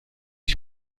ich